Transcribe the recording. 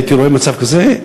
והייתי רואה מצב כזה,